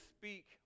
speak